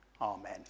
Amen